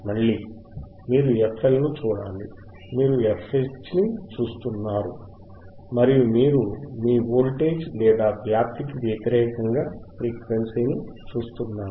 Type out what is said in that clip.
మళ్ళీ మీరు FL ను చూడాలి మీరు FH ని చూస్తున్నారు మరియు మీరు మీ వోల్టేజ్ లేదా వ్యాప్తికి వ్యతిరేకంగా ఫ్రీక్వెన్సీని చూస్తున్నారు